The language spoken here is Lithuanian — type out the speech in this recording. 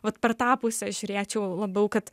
vat per tą pusę žiūrėčiau labiau kad